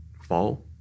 fall